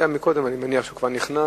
הוא היה קודם, אני מניח שהוא כבר נכנס.